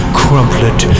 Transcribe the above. crumpled